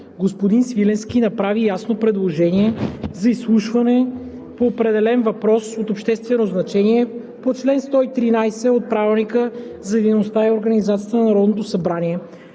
Господин Свиленски направи ясно предложение за изслушване по определен въпрос от обществено значение по чл. 113 от Правилника за